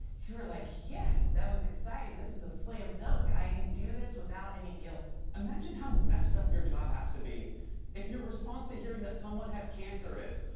you were like, yes! that was exciting. this is a slam dunk. i can do this without any guilt. imagine how messed up your job has to be if your response to hearing that someone has cancer is,